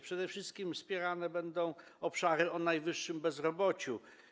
Przede wszystkim wspierane będą obszary o najwyższym bezrobociu.